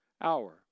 hour